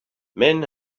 men